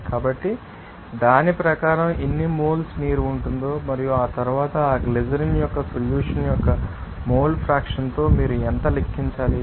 కాబట్టి దాని ప్రకారం ఎన్ని మోల్స్ నీరు ఉంటుందో మరియు ఆ తరువాత ఆ గ్లిసరిన్ యొక్క సొల్యూషన్ యొక్క మోల్ ఫ్రాక్షన్ తో మీరు ఎంత లెక్కించాలి